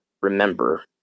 remember